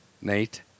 Nate